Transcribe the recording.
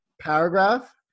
paragraph